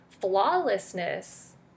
flawlessness